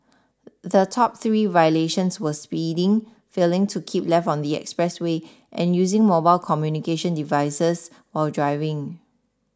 the top three violations were speeding failing to keep left on the expressway and using mobile communications devices while driving